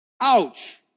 Ouch